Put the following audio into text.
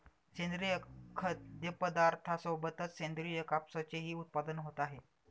सेंद्रिय खाद्यपदार्थांसोबतच सेंद्रिय कापसाचेही उत्पादन होत आहे